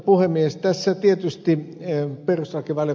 puhemies tässä tietysti eun perussa keväällä